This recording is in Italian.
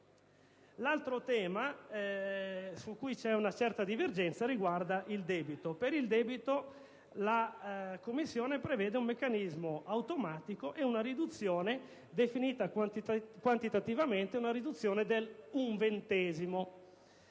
L'altro tema su cui vi è una certa divergenza riguarda il debito. Per il debito la Commissione prevede un meccanismo automatico e una riduzione definita quantitativamente in un ventesimo.